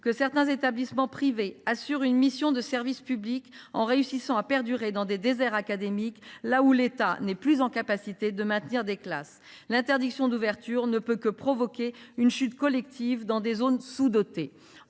que certains établissements privés assurent une mission de service public en perdurant dans des déserts académiques, là où l’État ne parvient plus à maintenir des classes. L’interdiction d’ouverture ne peut que provoquer une chute collective dans des zones sous dotées.